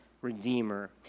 redeemer